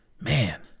Man